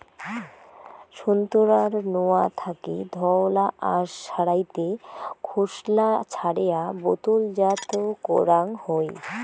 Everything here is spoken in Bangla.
সোন্তোরার নোয়া থাকি ধওলা আশ সারাইতে খোসলা ছারেয়া বোতলজাত করাং হই